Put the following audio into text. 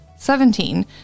Seventeen